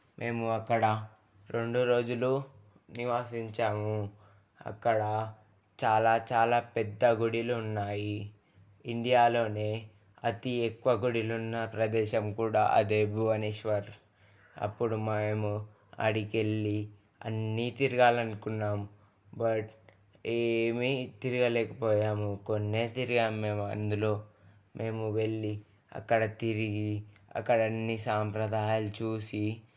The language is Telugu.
మేము అక్కడ రెండు రోజులు నివసించాము అక్కడ చాలా చాలా పెద్ద గుళ్ళు ఉన్నాయి ఇండియాలోనే అతి ఎక్కువ గుళ్ళు ఉన్న ప్రదేశం కూడా అదే భువనేశ్వర్ అప్పుడు మేము ఆడికి వెళ్లి అన్నీ తిరగాలనుకున్నాం బట్ ఏమి తిరగలేకపోయాము కొన్నే తిరిగాం మేము అందులో మేము వెళ్ళి అక్కడ తిరిగి అక్కడ అన్నీ సాంప్రదాయాలు చూసి